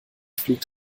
fliegt